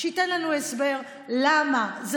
שייתן לנו הסבר למה היה צריך לשתק חצי מדינה,